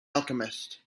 alchemist